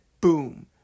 boom